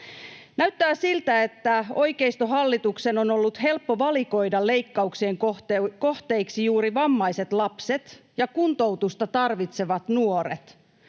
Näyttää siltä, että oikeistohallituksen on ollut helppo valikoida leikkauksien kohteiksi juuri vammaiset lapset ja kuntoutusta tarvitsevat nuoret,